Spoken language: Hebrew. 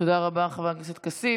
תודה רבה, חבר הכנסת כסיף.